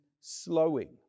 slowing